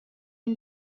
این